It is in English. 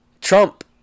Trump